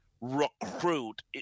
recruit